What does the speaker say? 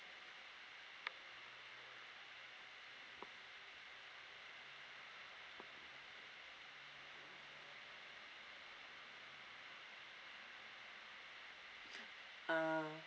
ah